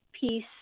peace